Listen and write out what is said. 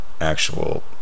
actual